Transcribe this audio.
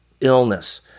illness